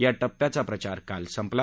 या टप्प्याचा प्रचार काल संपला